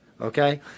Okay